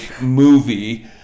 movie